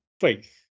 faith